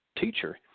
teacher